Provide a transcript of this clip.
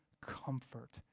comfort